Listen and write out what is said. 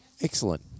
Excellent